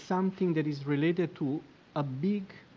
something that is related to a big,